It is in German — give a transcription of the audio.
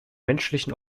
menschlichen